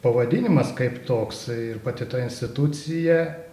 pavadinimas kaip toks ir pati ta institucija